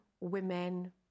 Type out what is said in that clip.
women